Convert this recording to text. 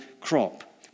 crop